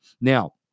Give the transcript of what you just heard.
Now